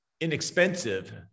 inexpensive